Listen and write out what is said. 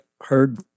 heard